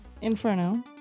Inferno